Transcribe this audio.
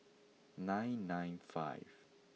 nine nine five